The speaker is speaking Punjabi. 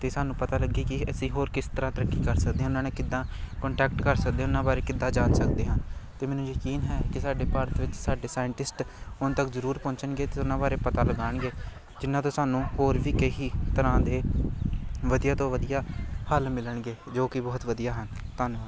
ਅਤੇ ਸਾਨੂੰ ਪਤਾ ਲੱਗੇ ਕਿ ਅਸੀਂ ਹੋਰ ਕਿਸ ਤਰ੍ਹਾਂ ਤਰੱਕੀ ਕਰ ਸਕਦੇ ਹਾਂ ਉਹਨਾਂ ਨੂੰ ਕਿੱਦਾਂ ਕੋਂਟੈਕਟ ਕਰ ਸਕਦੇ ਉਹਨਾਂ ਬਾਰੇ ਕਿੱਦਾਂ ਜਾਣ ਸਕਦੇ ਹਾਂ ਅਤੇ ਮੈਨੂੰ ਯਕੀਨ ਹੈ ਕਿ ਸਾਡੇ ਭਾਰਤ ਵਿੱਚ ਸਾਡੇ ਸਾਇੰਟਿਸਟ ਹੁਣ ਤੱਕ ਜ਼ਰੂਰ ਪਹੁੰਚਣਗੇ ਅਤੇ ਉਹਨਾਂ ਬਾਰੇ ਪਤਾ ਲਗਾਉਣਗੇ ਜਿਨ੍ਹਾਂ ਤੋਂ ਸਾਨੂੰ ਹੋਰ ਵੀ ਕਈ ਤਰ੍ਹਾਂ ਦੇ ਵਧੀਆ ਤੋਂ ਵਧੀਆ ਹੱਲ ਮਿਲਣਗੇ ਜੋ ਕਿ ਬਹੁਤ ਵਧੀਆ ਹਨ ਧੰਨਵਾਦ